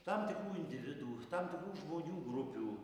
tam tikrų individų tam tikrų žmonių grupių